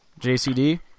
JCD